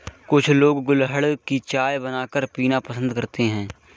कुछ लोग गुलहड़ की चाय बनाकर पीना पसंद करते है